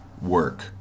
work